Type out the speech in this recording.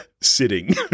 sitting